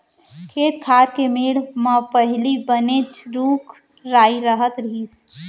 खेत खार के मेढ़ म पहिली बनेच रूख राई रहत रहिस